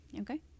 Okay